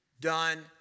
done